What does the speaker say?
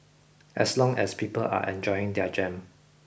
as long as people are enjoying their jam